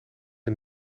een